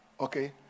Okay